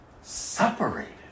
separated